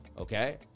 okay